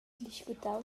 discutau